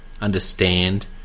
understand